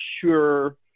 sure